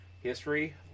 history